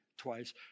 Twice